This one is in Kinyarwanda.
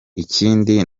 ikindi